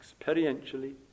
Experientially